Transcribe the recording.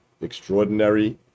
extraordinary